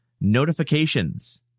notifications